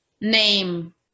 name